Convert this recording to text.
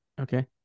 Okay